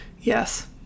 Yes